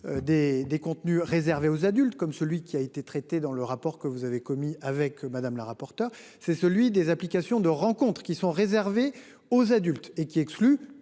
des contenus réservés aux adultes comme celui qui a été traitée dans le rapport que vous avez commis avec madame la rapporteure, c'est celui des applications de rencontre qui sont réservés aux adultes et qui exclut